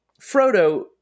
frodo